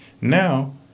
Now